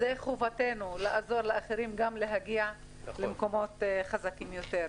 וחובתנו לעזור גם לאחרים להגיע למקומות חזקים יותר.